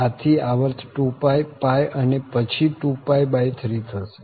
આથી આવર્ત 2π π અને પછી 2π3 થશે